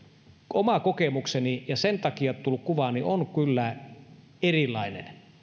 oma kokemukseni ja sen takia tullut kuvani on kyllä erilainen